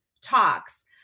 talks